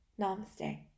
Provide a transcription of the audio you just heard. namaste